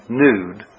nude